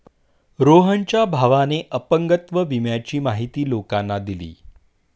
रोहनच्या भावाने अपंगत्व विम्याची माहिती लोकांना दिली